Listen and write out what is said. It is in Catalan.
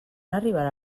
arribarà